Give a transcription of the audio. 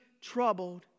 troubled